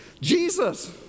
Jesus